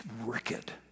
wicked